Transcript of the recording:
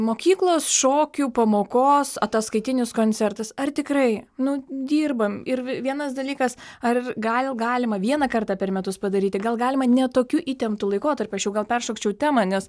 mokyklos šokių pamokos ataskaitinis koncertas ar tikrai nu dirbam ir vienas dalykas ar gal galima vieną kartą per metus padaryti gal galima ne tokiu įtemptu laikotarpiu aš jau gal peršokčiau temą nes